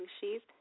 sheep